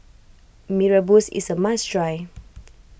Mee Rebus is a must try